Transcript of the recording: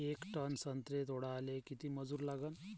येक टन संत्रे तोडाले किती मजूर लागन?